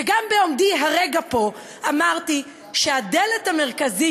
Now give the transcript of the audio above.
וגם בעומדי הרגע פה אמרתי שהדלת המרכזית